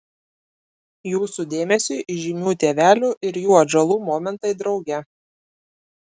jūsų dėmesiui įžymių tėvelių ir jų atžalų momentai drauge